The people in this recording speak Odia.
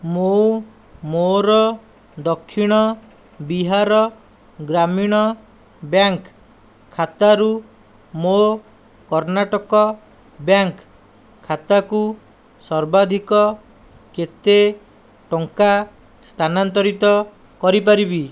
ମୁଁ ମୋର ଦକ୍ଷିଣ ବିହାର ଗ୍ରାମୀଣ ବ୍ୟାଙ୍କ ଖାତାରୁ ମୋ କର୍ଣ୍ଣାଟକ ବ୍ୟାଙ୍କ ଖାତାକୁ ସର୍ବାଧିକ କେତେ ଟଙ୍କା ସ୍ଥାନାନ୍ତରିତ କରିପାରିବି